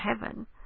heaven